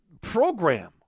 program